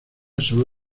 sólo